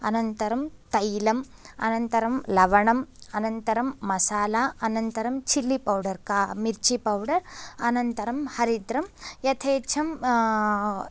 अनन्तरं तैलम् अनन्तरं लवणम् अनन्तरम् मसाला अनन्तरं चिल्ली पौडर् का मिर्ची पौडर् अनन्तरं हरिद्रं यथेच्छम्